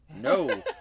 No